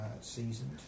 Seasoned